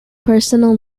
personal